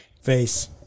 Face